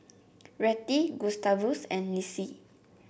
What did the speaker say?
Rettie Gustavus and Lissie